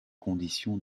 conditions